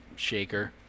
shaker